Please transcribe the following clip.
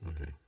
Okay